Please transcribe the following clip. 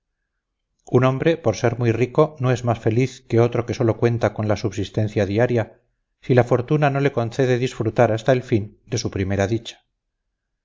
un hombre por ser muy rico no es más feliz que otro que sólo cuenta con la subsistencia diaria si la fortuna no le concede disfrutar hasta el fin de su primera dicha